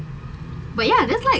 but ya just like